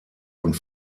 und